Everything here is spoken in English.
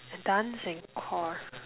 dance and core